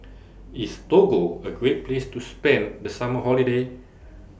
IS Togo A Great Place to spend The Summer Holiday